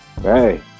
hey